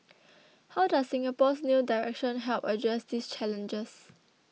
how does Singapore's new direction help address these challenges